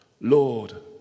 Lord